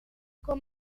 com